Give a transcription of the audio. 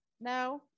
no